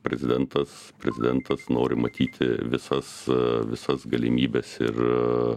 prezidentas prezidentas nori matyti visas visas galimybes ir